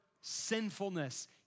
sinfulness